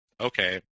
Okay